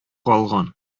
калган